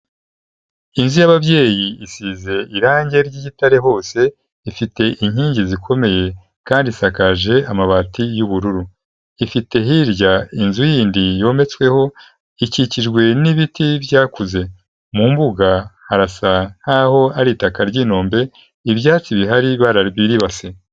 Inzu y'ababyeyi isize irangi ry'igitare hose, ifite inkingi zikomeye kandi isakaje amabati y'ubururu, ifite hirya inzu yindi yometsweho, ikikijwe n'ibiti byakuze, mu mbuga harasa nkaho ari itaka ry'inombe, ibyatsi bihari barabiribase.